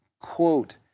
quote